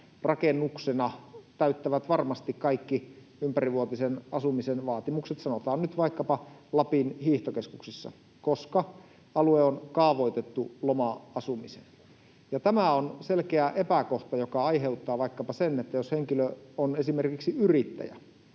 rakennuksena täyttävät varmasti kaikki ympärivuotisen asumisen vaatimukset, sanotaan nyt vaikkapa Lapin hiihtokeskuksissa, koska alue on kaavoitettu loma-asumiseen. Tämä on selkeä epäkohta, joka aiheuttaa vaikkapa sen, että jos henkilö on esimerkiksi yrittäjä